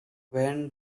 van